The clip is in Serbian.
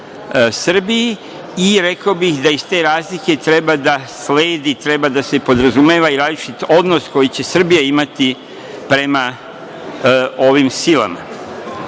Srbiji i rekao bih da iz te razlike treba da sledi i treba da se podrazumeva različit odnos koji će Srbija imati prema ovim silama. Naravno